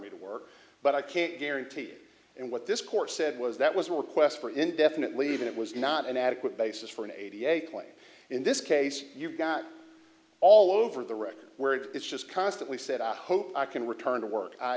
me to work but i can't guarantee it and what this court said was that was a request for indefinite leave it was not an adequate basis for an eighty eight claim in this case you've got all over the record where it's just constantly said i hope i can return to work